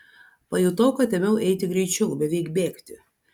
pajutau kad ėmiau eiti greičiau beveik bėgti